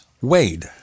Wade